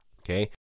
Okay